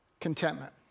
Contentment